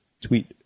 tweet